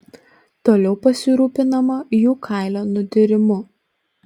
toliau pasirūpinama jų kailio nudyrimu